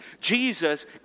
Jesus